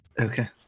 Okay